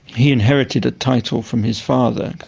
he inherited a title from his father,